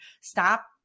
Stop